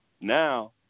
Now